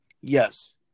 Yes